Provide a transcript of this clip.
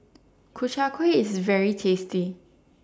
Ku Chai Kuih IS very tasty